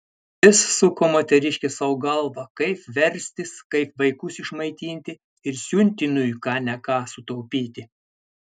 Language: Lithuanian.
vis suko moteriškė sau galvą kaip verstis kaip vaikus išmaitinti ir siuntiniui ką ne ką sutaupyti